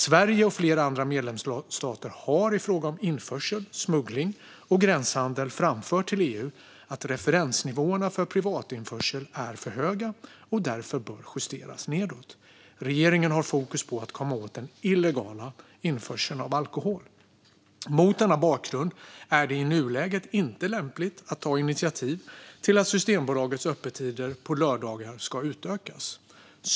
Sverige och flera andra medlemsstater har i fråga om införsel, smuggling och gränshandel framfört till EU att referensnivåerna för privatinförsel är för höga och därför bör justeras nedåt. Regeringen har fokus på att komma åt den illegala införseln av alkohol. Mot denna bakgrund är det i nuläget inte lämpligt att ta initiativ till att Systembolagets öppettider på lördagar ska utökas.